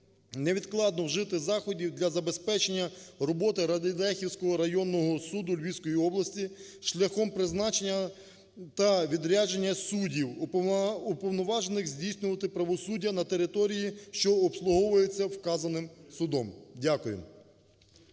невідкладно вжити заходів для забезпечення роботи Радехівського районного суду Львівської області шляхом призначення та відрядження суддів уповноважених здійснювати правосуддя на території, що обслуговується вказаним судом. Дякую.